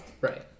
right